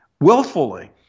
willfully